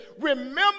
Remember